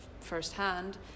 firsthand